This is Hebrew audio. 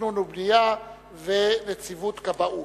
תכנון ובנייה ונציבות כבאות.